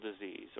disease